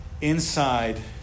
inside